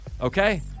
okay